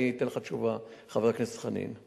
אני אתן לך תשובה, חבר הכנסת חנין.